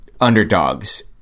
underdogs